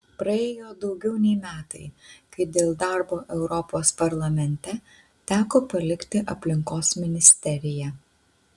praėjo daugiau nei metai kai dėl darbo europos parlamente teko palikti aplinkos ministeriją